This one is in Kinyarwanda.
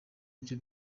ibyo